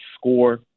score